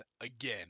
again